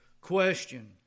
question